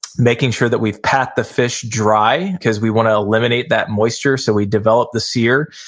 making sure that we've pat the fish dry, cause we wanna eliminate that moisture so we develop the sear,